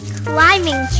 climbing